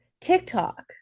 tiktok